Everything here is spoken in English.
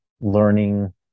learning